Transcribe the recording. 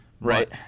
Right